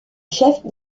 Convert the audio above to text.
chef